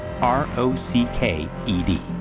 R-O-C-K-E-D